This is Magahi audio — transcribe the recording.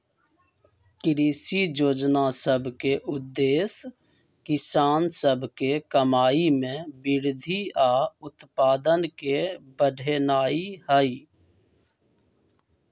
कृषि जोजना सभ के उद्देश्य किसान सभ के कमाइ में वृद्धि आऽ उत्पादन के बढ़ेनाइ हइ